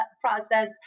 Process